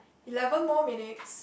eleven more minutes